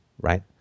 right